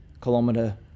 kilometer